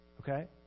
Okay